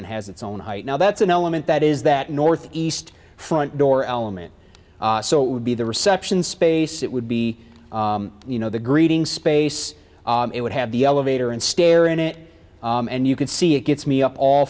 and has its own right now that's an element that is that north east front door element so it would be the reception space it would be you know the greeting space it would have the elevator and stair in it and you could see it gets me up all